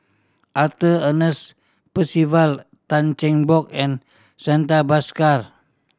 Arthur Ernest Percival Tan Cheng Bock and Santha Bhaskar